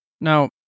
Now